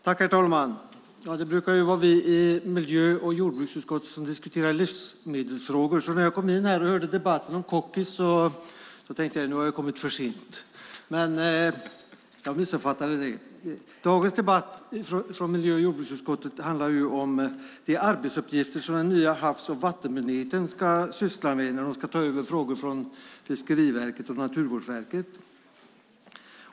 Herr talman! Det brukar vara vi i miljö och jordbruksutskottet som diskuterar livsmedelsfrågor. När jag kom in i kammaren och hörde debatten om cookies tänkte jag att jag hade kommit för sent. Jag missuppfattade det! Herr talman! Dagens debatt om miljö och jordbruksutskottets betänkande handlar om de arbetsuppgifter som den nya havs och vattenmyndigheten ska syssla med när myndigheten tar över frågor från Fiskeriverket och Naturvårdsverket.